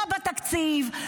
לא בתקציב,